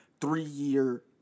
three-year